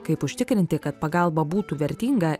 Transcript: kaip užtikrinti kad pagalba būtų vertinga